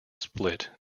split